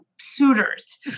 suitors